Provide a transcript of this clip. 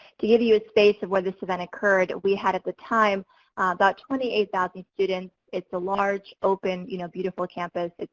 to give you a space of where this event occurred, we had at the time about twenty eight thousand students. it's a large, open you know beautiful campus,